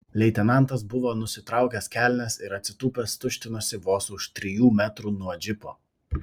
leitenantas buvo nusitraukęs kelnes ir atsitūpęs tuštinosi vos už trijų metrų nuo džipo